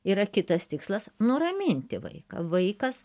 yra kitas tikslas nuraminti vaiką vaikas